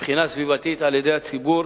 מבחינה סביבתית על-ידי ציבור